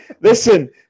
listen